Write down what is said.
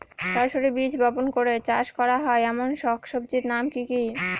সরাসরি বীজ বপন করে চাষ করা হয় এমন শাকসবজির নাম কি কী?